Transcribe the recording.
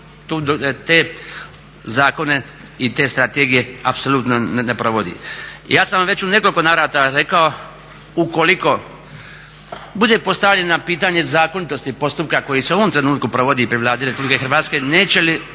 te zakone i te strategije apsolutno ne provodi. Ja sam vam već u nekoliko navrata rekao ukoliko bude postavljeno pitanje zakonitosti postupka koji se u ovom trenutku provodi pri Vladi RH neće li